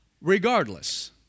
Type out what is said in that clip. Regardless